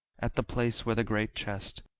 at the place where the great chest,